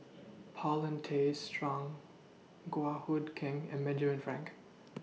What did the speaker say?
Paulin Tay Straughan Goh Hood Keng and Benjamin Frank